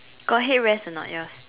got head rest a not yours